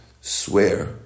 swear